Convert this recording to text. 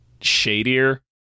shadier